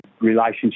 relationship